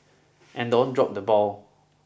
and don't drop the ball